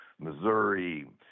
Missouri